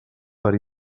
per